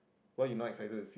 why you not excited to see